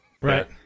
Right